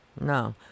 No